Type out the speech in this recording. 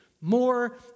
more